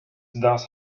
thus